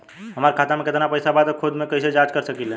हमार खाता में केतना पइसा बा त खुद से कइसे जाँच कर सकी ले?